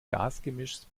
gasgemischs